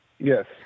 Yes